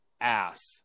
ass